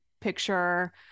picture